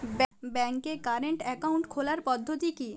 ব্যাংকে current account খোলার পদ্ধতি কি?